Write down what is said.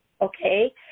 Okay